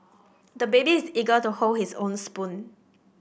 the baby is eager to hold his own spoon